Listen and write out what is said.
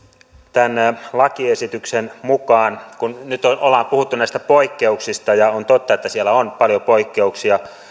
tämän lakiesityksen mukaan nyt ollaan puhuttu näistä poikkeuksista ja on totta että siellä on paljon poikkeuksia